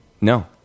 No